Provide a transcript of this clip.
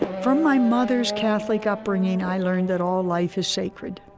from my mother's catholic upbringing, i learned that all life is sacred,